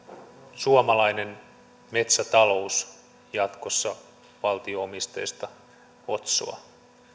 suomalainen metsätalous jatkossa valtio omisteista otsoa